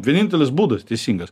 vienintelis būdas teisingas